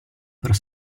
per